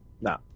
No